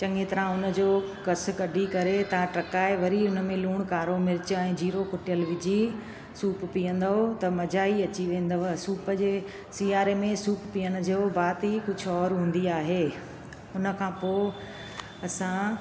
चङी तरह हुन जो रस कॾी करे तव्हां टहिकाए वरी उन में लूणु कारो मिर्च ऐं जीरो कुटियल विझी सूप पीअंदो त मज़ा ई अची वेंदव सूप जे सिआरे में सूप पीअण जो बात ई कुझु और हूंदी आहे हुन खां पोइ असां